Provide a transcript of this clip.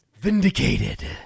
Vindicated